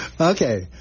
Okay